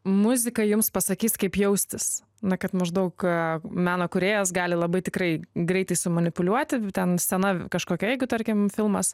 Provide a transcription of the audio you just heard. muzika jums pasakys kaip jaustis na kad maždaug meno kūrėjas gali labai tikrai greitai sumanipuliuoti ten scena kažkokia jeigu tarkim filmas